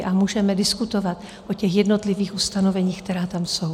A můžeme diskutovat o těch jednotlivých ustanoveních, která tam jsou.